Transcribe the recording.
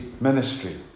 ministry